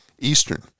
Eastern